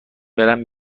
برم